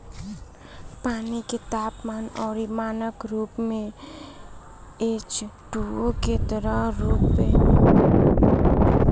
पानी के तापमान अउरी मानक रूप में एचटूओ के तरल रूप के नाम ह